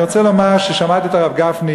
אני רוצה לומר ששמעתי את הרב גפני